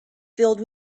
filled